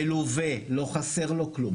מלווה, לא חסר לו כלום.